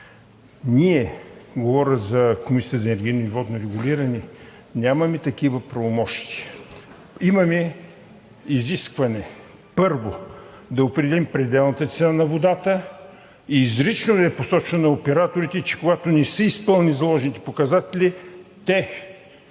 Ние – говоря за Комисията за енергийно и водно регулиране, нямаме такива правомощия. Имаме изискване, първо, да определим пределната цена на водата. Изрично е посочено на операторите, че когато не са изпълнили заложените показатели, те биха